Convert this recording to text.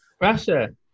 russia